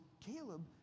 Caleb